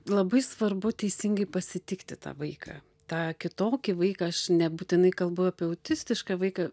labai svarbu teisingai pasitikti tą vaiką tą kitokį vaiką aš nebūtinai kalbu apie autistišką vaiką